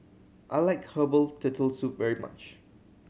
I like herbal Turtle Soup very much